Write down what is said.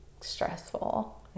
stressful